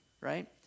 right